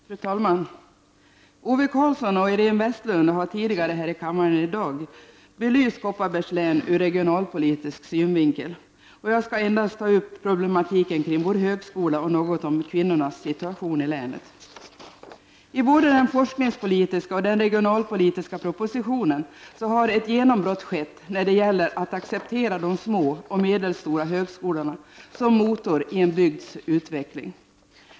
Fru talman! Ove Karlsson och Iréne Vestlund har tidigare i dag här i kammaren belyst Kopparbergs län ur regionalpolitisk synvinkel. Jag skall endast ta upp problematiken kring vår högskola och något om kvinnornas situation i länet. I både den forskningspolitiska och den regionalpolitiska propositionen har det skett ett genombrott när det gäller att acceptera de små och medelstora högskolorna som motorer i en bygds utveckling.